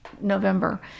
November